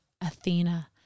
Athena